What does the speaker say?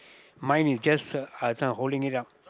mine is just uh this one holding it up